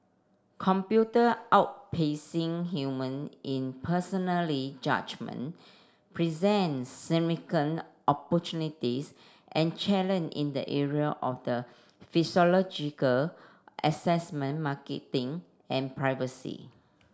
computer outpacing human in personally judgement presents opportunities and in the area of the assessment marketing and privacy